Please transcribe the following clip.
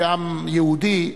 כעם יהודי,